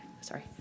Sorry